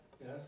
Yes